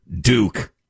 Duke